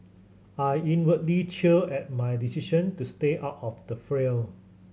I inwardly cheer at my decision to stay out of the fray